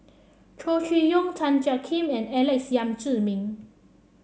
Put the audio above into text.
Chow Chee Yong Tan Jiak Kim and Alex Yam Ziming